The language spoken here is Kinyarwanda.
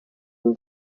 indi